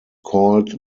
called